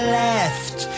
left